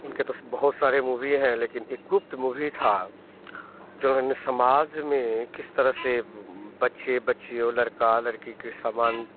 उनके पास बहुत सारी मूवी हैं लेकिन एक गुप्त मूवी थी जो समाज में किस तरह से बच्चे बच्चियों लड़का लड़की को समान